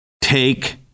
take